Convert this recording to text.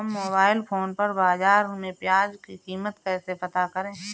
हम mobile phone पर बाज़ार में प्याज़ की कीमत कैसे पता करें?